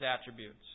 attributes